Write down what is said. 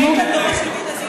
למה?